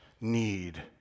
need